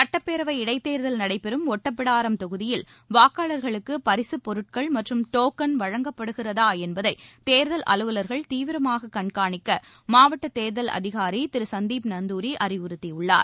சுட்டப்பேரவை இடைத்தேர்தல் நடைபெறும் ஒட்டப்பிடாரம் தொகுதியில் வாக்காளர்களுக்கு பரிசுப் பொருட்கள் மற்றும் டோக்கன் வழங்கப்படுகிறதா என்பதை தேர்தல் அலுவலர்கள் தீவிரமாக கண்காணிக்க மாவட்ட தேர்தல் அதிகாரி திரு சந்தீப் நந்தூரி அறிவுறுத்தியுள்ளார்